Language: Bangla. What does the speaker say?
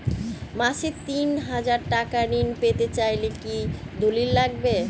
মাসে তিন হাজার টাকা ঋণ পেতে চাইলে কি দলিল লাগবে?